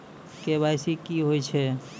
KYC की होय छै?